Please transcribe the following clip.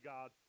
God